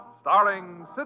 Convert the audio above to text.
starring